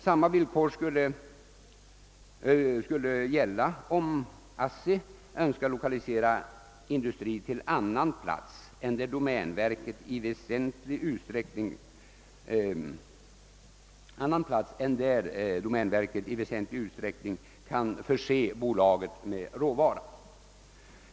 Samma villkor skulle gälla om ASSI önskar lokalisera industri till annan plats än där domänverket i väsentlig utsträckning kan förse bolaget med råvara.